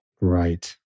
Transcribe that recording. Right